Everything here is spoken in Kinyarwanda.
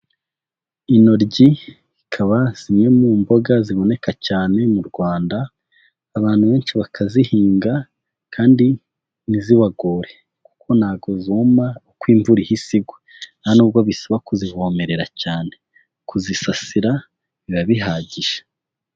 Intoryi zikaba zimwe mu mboga ziboneka cyane mu Rwanda, abantu benshi bakazihinga kandi ntizibagore, kuko ntago zuma uko imvura ihise igwa, nta n'ubwo bisaba kuzivomerera cyane kuzisasira biba bihagije.